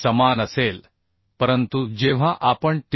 समान असेल परंतु जेव्हा आपण tdn